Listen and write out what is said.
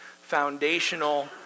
foundational